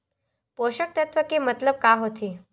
पोषक तत्व के मतलब का होथे?